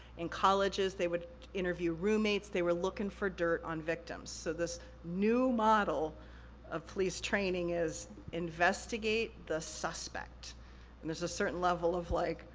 in colleges they would interview roommates, they were lookin' for dirt on victims. so, this new model of police training is, investigate the suspect. and there's a certain level of like,